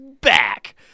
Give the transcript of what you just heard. back